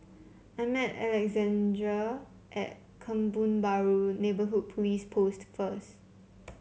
I'm meet Alexandre at Kebun Baru Neighbourhood Police Post first